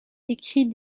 écrit